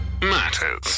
matters